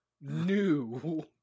new